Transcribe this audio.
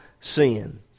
sin